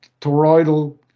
toroidal